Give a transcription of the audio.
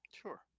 Sure